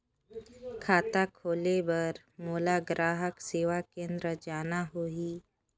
खाता खोले बार मोला ग्राहक सेवा केंद्र जाना होही?